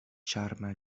ĉarma